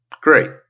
great